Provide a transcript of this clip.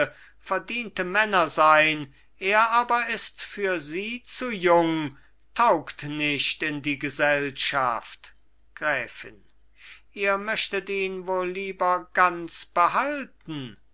verdiente männer sein er aber ist für sie zu jung taugt nicht in die gesellschaft gräfin ihr möchtet ihn wohl lieber ganz behalten